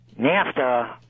NAFTA